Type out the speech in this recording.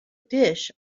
dish